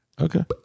Okay